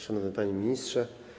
Szanowny Panie Ministrze!